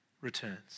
returns